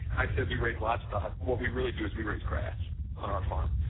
i said we raise livestock, what we really do is we raise grass on our farm.